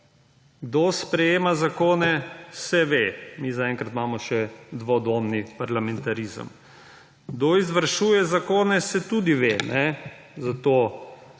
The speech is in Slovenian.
Kdo sprejema zakone, se ve. Mi imamo zaenkrat še dvodomni parlamentarizem. Kdo izvršuje zakone, se tudi ve. Zato